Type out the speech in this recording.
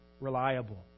reliable